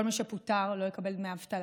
כל מי שפוטר, לא יקבל דמי אבטלה.